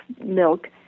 milk